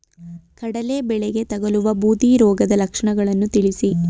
ಕಡಲೆ ಬೆಳೆಗೆ ತಗಲುವ ಬೂದಿ ರೋಗದ ಲಕ್ಷಣಗಳನ್ನು ತಿಳಿಸಿ?